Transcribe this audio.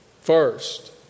first